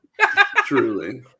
Truly